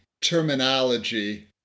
terminology